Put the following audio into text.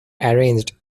arranged